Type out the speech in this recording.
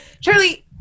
Charlie